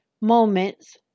moments